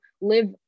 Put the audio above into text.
live